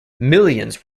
millions